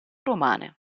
romane